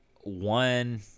one